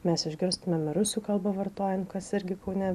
mes išgirstumėm ir rusų kalbą vartojant kas irgi kaune